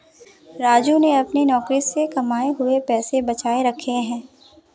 राजू ने अपने नौकरी से कमाए हुए पैसे बचा के रखे हैं